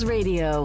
Radio